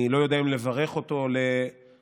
אני לא יודע אם לברך אותו או לגנות